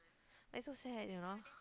that's so sad you know